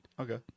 Okay